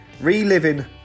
Reliving